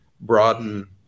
broaden